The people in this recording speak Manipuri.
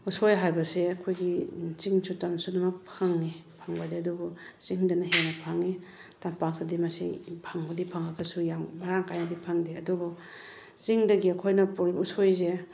ꯎꯁꯣꯏ ꯍꯥꯏꯕꯁꯦ ꯑꯩꯈꯣꯏꯒꯤ ꯆꯤꯡꯁꯨ ꯇꯝꯁꯨ ꯑꯗꯨꯃꯛ ꯐꯪꯉꯦ ꯐꯪꯕꯗꯤ ꯑꯗꯨꯕꯨ ꯆꯤꯡꯗꯅ ꯍꯦꯟꯅ ꯐꯪꯉꯤ ꯇꯝꯄꯥꯛꯇꯗꯤ ꯃꯁꯤ ꯐꯪꯕꯨꯗꯤ ꯐꯪꯉꯒꯁꯨ ꯌꯥꯝ ꯃꯔꯥꯡ ꯀꯥꯏꯅꯗꯤ ꯐꯪꯗꯦ ꯑꯗꯨꯕꯨ ꯆꯤꯡꯗꯒꯤ ꯑꯩꯈꯣꯏꯅ ꯎꯁꯣꯏꯁꯦ